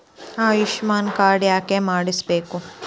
Ayushman card ಯಾಕೆ ಮಾಡಿಸಬೇಕು?